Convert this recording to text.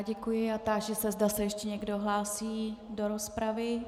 Děkuji a táži se, zda se ještě někdo hlásí do rozpravy.